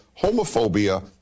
homophobia